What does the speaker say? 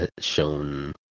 shown